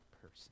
person